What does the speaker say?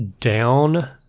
down